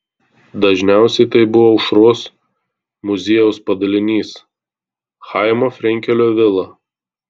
dažniausiai tai buvo aušros muziejaus padalinys chaimo frenkelio vila